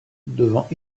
devant